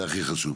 זה הכי חשוב.